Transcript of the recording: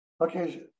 Okay